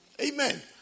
Amen